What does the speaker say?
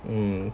mm